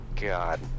God